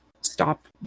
stop